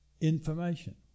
information